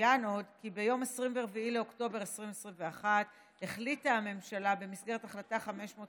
יצוין עוד כי ביום 24 באוקטובר 2021 החליטה הממשלה במסגרת החלטה 550